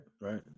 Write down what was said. Right